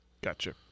Gotcha